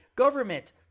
government